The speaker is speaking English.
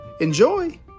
Enjoy